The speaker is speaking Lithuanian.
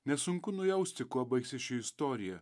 nesunku nujausti kuo baigsis ši istorija